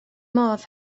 modd